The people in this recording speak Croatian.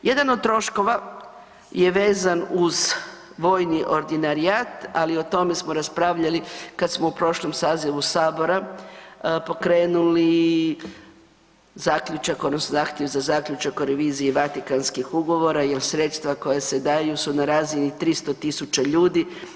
Jedan od troškova je vezan uz vojni ordinarijat, ali o tome smo raspravljali kada smo u prošlom sazivu Sabora pokrenuli zaključak odnosno zahtjev za zaključak o reviziji vatikanskih ugovora, jer sredstva koja se daju su na razini 300 tisuća ljudi.